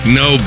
no